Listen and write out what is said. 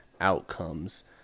outcomes